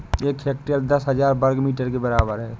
एक हेक्टेयर दस हजार वर्ग मीटर के बराबर है